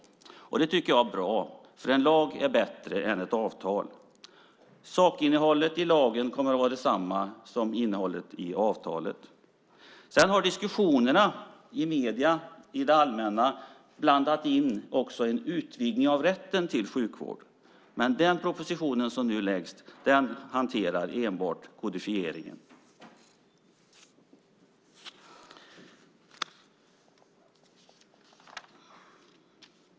Det är bra. En lag är bättre än ett avtal. Sakinnehållet i lagen kommer att vara detsamma som innehållet i avtalet. Sedan har diskussionerna i medierna - i det allmänna - blandat in en utvidgning av rätten till sjukvård. Den proposition som nu läggs fram hanterar enbart kodifieringen.